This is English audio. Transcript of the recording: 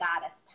goddess